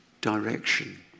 direction